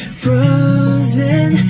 frozen